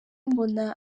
mbona